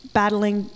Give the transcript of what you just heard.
battling